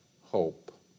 hope